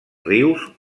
rius